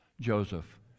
joseph